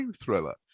thriller